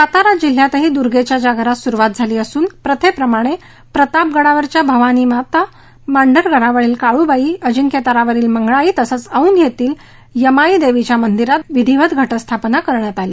सातारा जिल्ह्यात दूर्गेच्या जागरास सुरुवात झाली असून प्रथेप्रमाणे प्रतापगडावरील भवानी माते मांढरगडावरील काळबाईच्या अजिंक्यताऱ्यावरील मंगळाईच्या तसेच औध येथील यमाईदेवीच्या मंदिरात विधीवत घटस्थापणा करण्यात आली